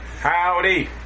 Howdy